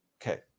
Okay